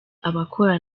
abakora